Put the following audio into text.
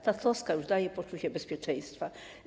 Ta troska daje poczucie bezpieczeństwa.